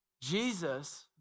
Jesus